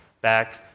back